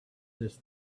this